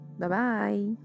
Bye-bye